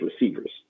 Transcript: receivers